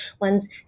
ones